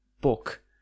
book